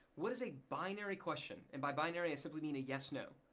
what is a binary question and by binary, i simply mean a yes, no.